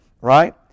Right